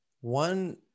One